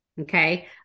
Okay